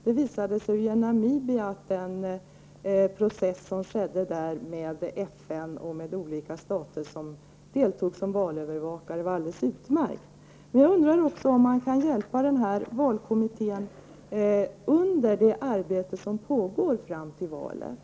Det visade sig ju den process i Namibia, med FN och olika stater som deltog som valövervakare, var mycket bra. Men jag undrar också om Sverige kan hjälpa den här valkommittén i det arbete som pågår fram till valet.